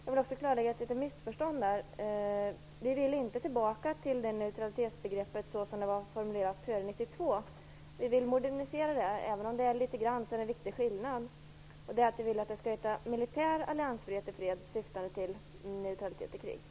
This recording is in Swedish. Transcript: Jag vill också klarlägga ett litet missförstånd. Vi vill inte tillbaka till neutralitetsbegreppet som det var formulerat före 1992. Vi vill modernisera det, även om det är litet så är det en viktig skillnad. Vi vill att det skall heta: Militär alliansfrihet i fred, syftande till neutralitet i krig.